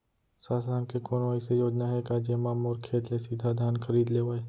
शासन के कोनो अइसे योजना हे का, जेमा मोर खेत ले सीधा धान खरीद लेवय?